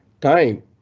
time